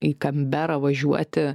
į kanberą važiuoti